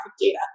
data